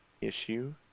issue